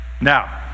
Now